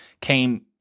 came